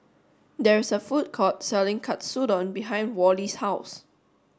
there is a food court selling Katsudon behind Worley's house